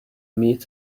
meet